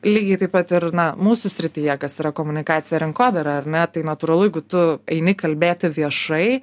lygiai taip pat ir na mūsų srityje kas yra komunikacija rinkodara ar ne tai natūralu jeigu tu eini kalbėti viešai